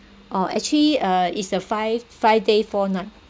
oh actually uh it's a five five day four night